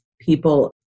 people